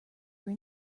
were